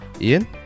Ian